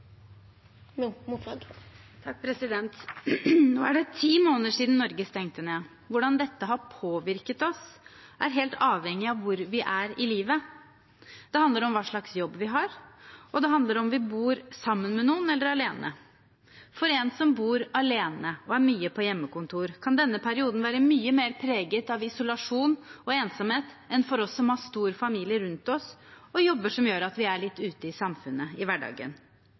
helt avhengig av hvor vi er i livet. Det handler om hva slags jobb vi har, og det handler om hvorvidt vi bor sammen med noen eller alene. For en som bor alene og er mye på hjemmekontor, kan denne perioden være mye mer preget av isolasjon og ensomhet enn for oss som har stor familie rundt oss og jobber som gjør at vi er litt ute i samfunnet i hverdagen.